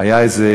היה איזה,